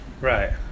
Right